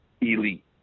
elite